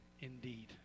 indeed